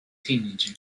teenager